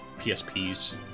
PSP's